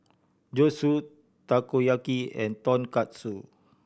Zosui Takoyaki and Tonkatsu